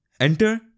Enter